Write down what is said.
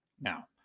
now